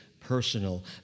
personal